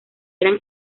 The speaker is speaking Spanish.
eran